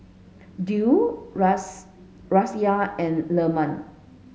Dwi Raisya and Leman